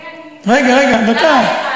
אני יודעת, רגע, רגע.